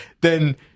then-